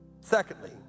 Secondly